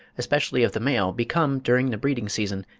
especially of the male, become, during the breeding-season,